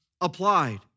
applied